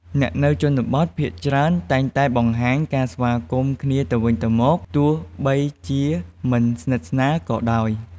អ្នកនៅជនបទភាគច្រើនតែងតែបង្ហាញការស្វាគមន៍គ្នាទៅវិញទៅមក ទោះបីជាមិនស្និទ្ធស្នាលក៏ដោយ។